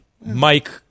Mike